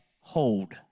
hold